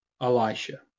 Elisha